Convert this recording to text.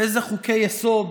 איזה חוקי-יסוד